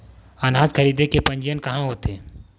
अनाज खरीदे के पंजीयन कहां होथे?